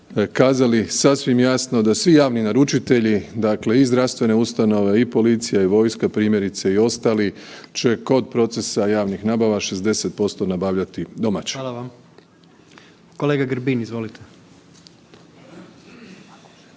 kazali sasvim jasno da svi javni naručitelji, dakle i zdravstvene ustanove i policija i vojska primjerice i ostali će kod procesa javnih nabava 60% nabavljati domaće. **Jandroković, Gordan